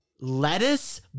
lettuce